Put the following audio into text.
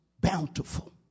bountiful